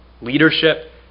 leadership